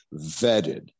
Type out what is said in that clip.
Vetted